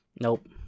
Nope